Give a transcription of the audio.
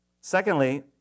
Secondly